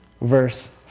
verse